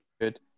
good